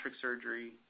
Surgery